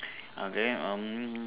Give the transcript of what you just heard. okay um